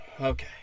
Okay